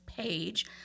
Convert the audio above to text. page